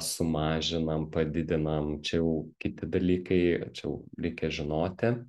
sumažinam padidinam čia jau kiti dalykai čia jau reikia žinoti